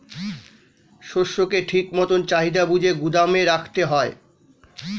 শস্যকে ঠিক মতন চাহিদা বুঝে গুদাম রাখতে হয়